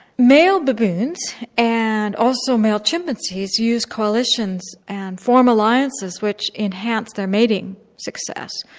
male baboons and also male chimpanzees use coalitions and form alliances which enhance their mating success.